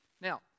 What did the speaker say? now